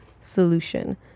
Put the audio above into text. solution